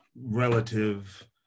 relative